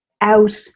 out